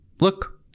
look